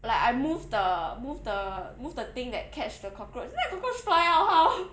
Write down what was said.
like I move the move the move the thing that catch the cockroach then the cockroach fly out how